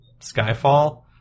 skyfall